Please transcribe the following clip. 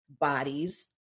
bodies